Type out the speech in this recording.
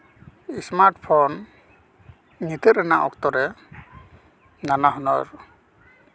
smart phone ᱱᱤᱛᱚᱜ ᱨᱮᱱᱟᱜ ᱚᱠᱛᱚ ᱨᱮ ᱱᱟᱱᱟ ᱦᱩᱱᱟᱹᱨ